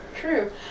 True